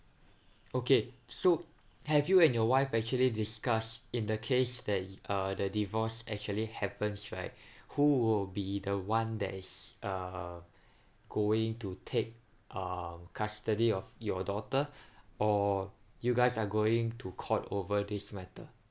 okay so have you and your wife actually discuss in the case that uh the divorce actually happens right who will be the [one] that is uh going to take uh custody of your daughter or you guys are going to court over this matter